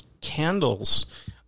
candles